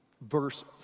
verse